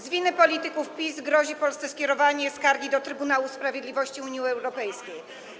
Z winy polityków PiS Polsce grozi skierowanie skargi do Trybunału Sprawiedliwości Unii Europejskiej.